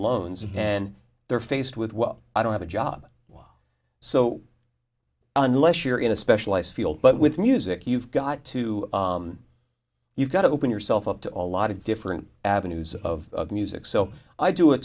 loans and they're faced with well i don't have a job well so unless you're in a specialized field but with music you've got to you've got to open yourself up to a lot of different avenues of music so i do a